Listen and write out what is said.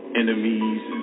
enemies